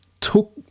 took